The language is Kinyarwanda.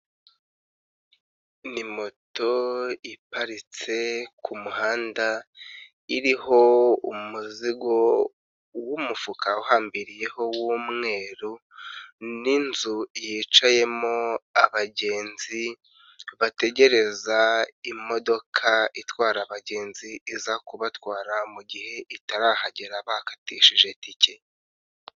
Ni moto iparitse kumuhanda, iriho umuzigo w'umufuka uhambiriyeho w'umweru, n'inzu yicayemo abagenzi, bategereza imodoka itwara abagenzi iza kubatwara mugihe itarahagera bakatishije itike.